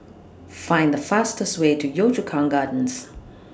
Find The fastest Way to Yio Chu Kang Gardens